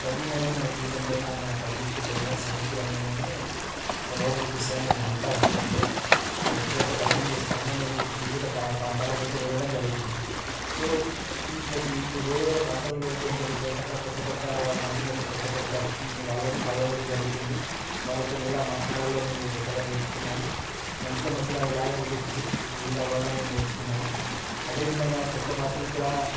biking అనేది మన జీవితం పైన మన కమ్యూనిటీ పైన సనుకూలంగానే ప్రభావం చూపిస్తుందని నేను నమ్ముతా ఎందుకంటే నేను ఎప్పుడైతే బైకింగ్ చేస్తానో నేను వివిధ ప్రాంతాలకు అయితే వెళ్ళడం జరుగుతుంది సో వేరే వేరే ప్రాంతంలోకి వెళ్తే ఏం జరుగుతుంది అక్కడ కొత్త కొత్త మనుషులని కొత్త కొత్త వాళ్ళని కలవడం అయితే జరుగుతుంది వాళ్ళతోని ఎలా మాట్లాడాలో నేను కొత్తగా నేర్చుకున్నాను మనుషుల మధ్యలో ఇలాగే రిలేషన్షిప్ బిల్డ్ అవ్వాలో నేను నేర్చుకున్నాను అదే విధంగా కొత్త భాషలు కూడా